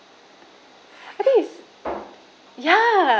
I think it's ya